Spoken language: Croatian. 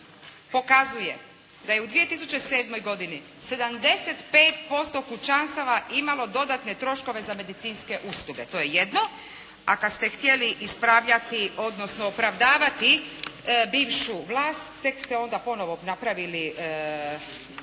pokazuje da je u 2007. godini 75% pučanstava imalo dodatne troškove za medicinske usluge. To je jedno, a kad ste htjeli ispravljati odnosno opravdavati bivšu vlast tek ste onda ponovo napravili,